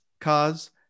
cause